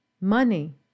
Money